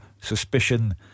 suspicion